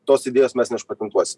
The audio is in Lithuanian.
tos idėjos mes neužpatentuosi